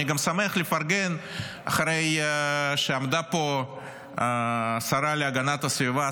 אני גם שמח לפרגן אחרי שעמדה פה השרה להגנת הסביבה,